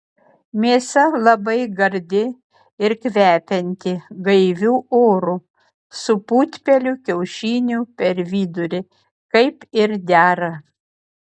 mėsa labai gardi ir kvepianti gaiviu oru su putpelių kiaušiniu per vidurį kaip ir dera